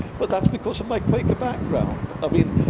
but that's because of my quaker background. i mean,